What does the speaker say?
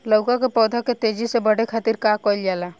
लउका के पौधा के तेजी से बढ़े खातीर का कइल जाला?